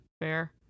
Fair